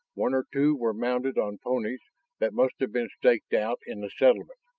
one or two were mounted on ponies that must have been staked out in the settlement.